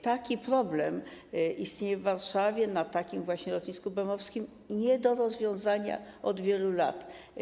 Taki problem istnieje w Warszawie właśnie na lotnisku bemowskim - nie do rozwiązania od wielu lat.